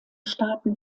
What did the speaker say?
staaten